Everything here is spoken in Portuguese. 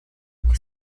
que